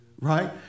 Right